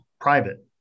private